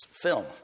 film